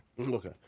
okay